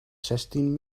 zestien